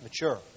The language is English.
mature